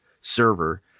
server